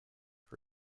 for